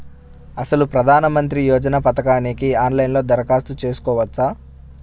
అసలు ప్రధాన మంత్రి యోజన పథకానికి ఆన్లైన్లో దరఖాస్తు చేసుకోవచ్చా?